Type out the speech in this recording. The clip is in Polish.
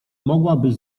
mogłabyś